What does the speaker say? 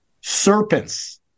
serpents